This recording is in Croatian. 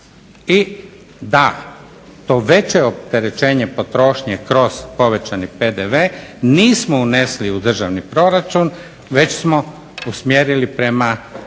i da to veće opterećenje potrošnje kroz povećani PDV nismo unesli u državni proračun već smo usmjerili prema